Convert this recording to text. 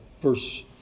first